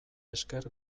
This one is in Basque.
esker